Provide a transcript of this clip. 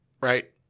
right